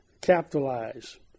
capitalize